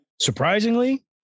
Surprisingly